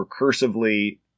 recursively